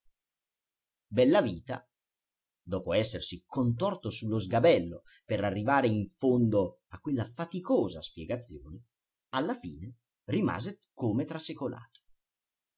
più bellavita dopo essersi contorto sullo sgabello per arrivare in fondo a quella faticosa spiegazione alla fine rimase come trasecolato